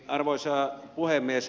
arvoisa puhemies